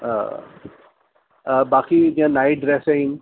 अ बाक़ी जीअं night dress आहिनि